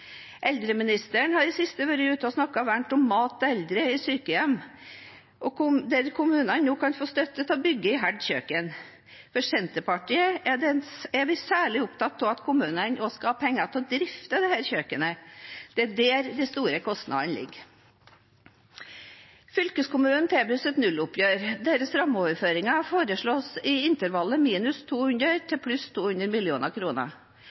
Eldreministeren har i det siste vært ute og snakket varmt om mat til eldre på sykehjem, der kommunene nå kan få støtte til å bygge et halvt kjøkken. For Senterpartiets del er vi særlig opptatt av at kommunene også skal ha penger til å drifte dette kjøkkenet. Det er der de store kostnadene ligger. Fylkeskommunene tilbys et nulloppgjør. Deres rammeoverføringer foreslås økt i intervallet minus 200 mill. kr til pluss 100